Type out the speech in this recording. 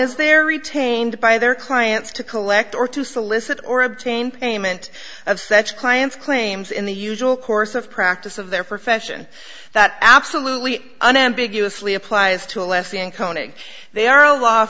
as they're retained by their clients to collect or to solicit or obtain payment of such clients claims in the usual course of practice of their profession that absolutely unambiguous lee applies to